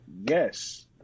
Yes